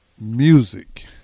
music